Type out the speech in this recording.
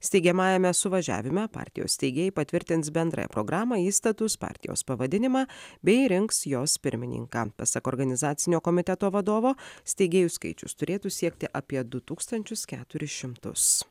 steigiamajame suvažiavime partijos steigėjai patvirtins bendrąją programą įstatus partijos pavadinimą bei rinks jos pirmininką pasak organizacinio komiteto vadovo steigėjų skaičius turėtų siekti apie du tūkstančius keturis šimtus